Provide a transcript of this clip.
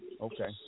okay